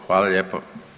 Hvala lijepo.